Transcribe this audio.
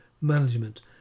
management